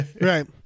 Right